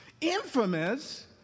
infamous